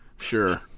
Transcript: Sure